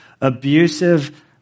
abusive